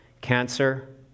Cancer